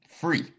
free